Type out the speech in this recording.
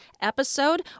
episode